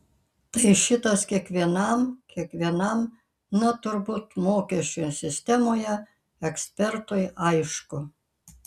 tai šitas kiekvienam kiekvienam na turbūt mokesčių sistemoje ekspertui aišku